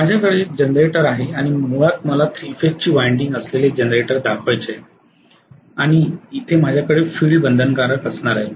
माझ्याकडे जनरेटर आहे आणि मुळात मला थ्री फेज ची वाइंडिंग असलेले जनरेटर दाखवायचे आहे आणि इथे माझ्याकडे फिल्ड बंधनकारक असणार आहे